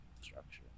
structure